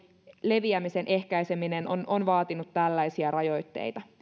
leviämisen ehkäiseminen on on vaatinut tällaisia rajoitteita